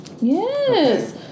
Yes